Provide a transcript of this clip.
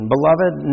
Beloved